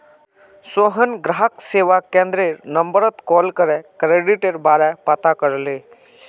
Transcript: सोहन ग्राहक सेवा केंद्ररेर नंबरत कॉल करे क्रेडिटेर बारा पता करले